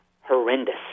horrendous